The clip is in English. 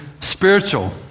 spiritual